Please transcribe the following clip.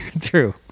True